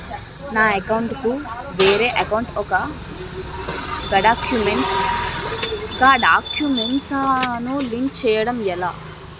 నా అకౌంట్ కు వేరే అకౌంట్ ఒక గడాక్యుమెంట్స్ ను లింక్ చేయడం ఎలా?